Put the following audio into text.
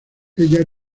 ella